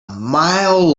mile